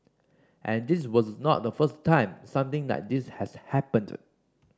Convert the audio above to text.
and this was not the first time something like this has happened